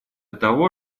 того